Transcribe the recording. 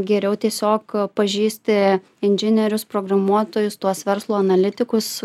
geriau tiesiog pažįsti inžinierius programuotojus tuos verslo analitikus